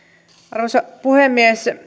arvoisa puhemies